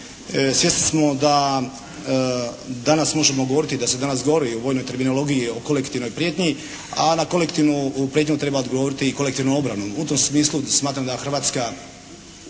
Svjesni smo da danas možemo govoriti, da se danas govori o vojnoj terminologiji o kolektivnoj prijetnji, a na kolektivnu prijetnju treba odgovoriti i kolektivnom obranom. U tom smislu smatram da Hrvatska